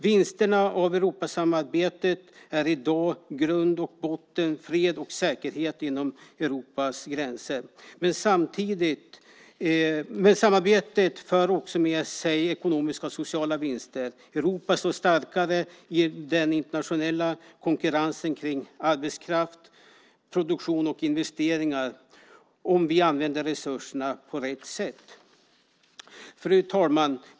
Vinsterna av Europasamarbetet är i dag i grund och botten fred och säkerhet inom Europas gränser. Samarbetet för också med sig ekonomiska och sociala vinster. Europa står starkare i den internationella konkurrensen kring arbetskraft, produktion och investeringar om vi använder resurserna på rätt sätt. Fru talman!